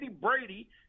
Brady